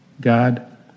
God